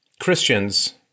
Christians